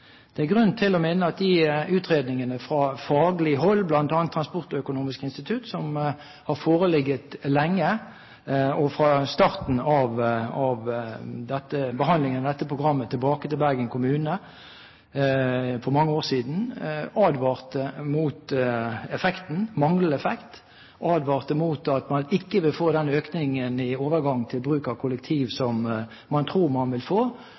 Det er grunn til å minne om at de utredningene fra faglig hold, bl.a. fra Transportøkonomisk institutt, som har foreligget lenge og fra starten av behandlingen av dette programmet tilbake til Bergen kommune for mange år siden, advarte mot manglende effekt og advarte mot at man ikke vil få den økningen i overgangen til bruk av kollektiv som man tror man vil få.